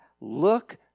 Look